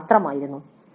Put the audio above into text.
6 മാത്രമായിരുന്നു